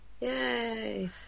Yay